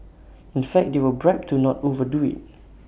in fact they were bribed to not overdo IT